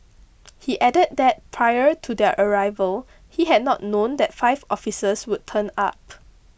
he added that prior to their arrival he had not known that five officers would turn up